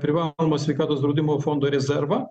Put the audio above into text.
privalomojo sveikatos draudimo fondo rezervą